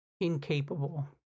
Incapable